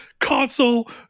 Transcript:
console